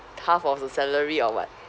half of the salary or what